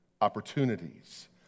opportunities